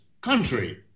country